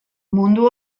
mundu